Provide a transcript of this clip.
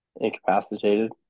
incapacitated